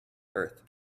earth